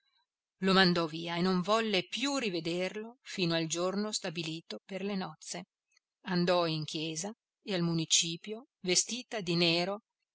lo mandò via e non volle più rivederlo fino al giorno stabilito per le nozze l'uomo solo luigi pirandello andò in chiesa e al municipio vestita di nero